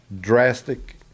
drastic